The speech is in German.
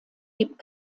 gibt